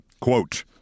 Quote